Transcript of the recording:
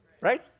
Right